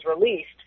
released